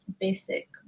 basic